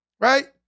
right